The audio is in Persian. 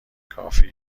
کافی